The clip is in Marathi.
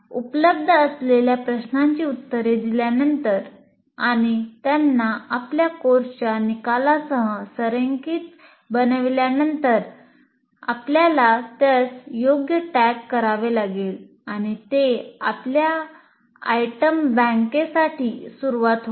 उपलब्ध असलेल्या प्रश्नांची उत्तरे दिल्यानंतर आणि त्यांना आपल्या कोर्सच्या निकालांसह संरेखित बनविल्यानंतर आपल्याला त्यास योग्य टॅग सुरूवात होईल